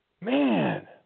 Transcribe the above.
Man